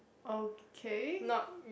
okay